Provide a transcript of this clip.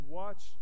watch